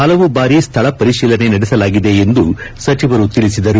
ಹಲವು ಭಾರಿ ಸ್ನಳ ಪರಿತೀಲನೆ ನಡೆಸಲಾಗಿದೆ ಎಂದು ಸಚಿವರು ತಿಳಿಸಿದರು